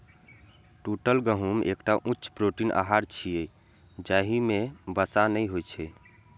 टूटल गहूम एकटा उच्च प्रोटीन आहार छियै, जाहि मे वसा नै होइ छै